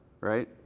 right